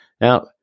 Now